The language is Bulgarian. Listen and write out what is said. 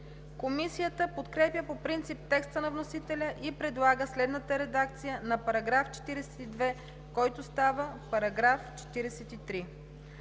Комисията подкрепя по принцип текста на вносителя и предлага следната редакция на § 10, който става § 12: „§ 12.